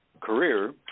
career